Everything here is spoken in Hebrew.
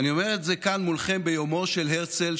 אני אומר את זה כאן מולכם ביומו של הרצל,